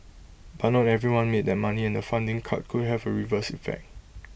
but not everyone made that money and the funding cut could have A reverse effect